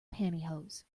pantyhose